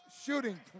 shooting